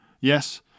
Yes